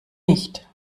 nicht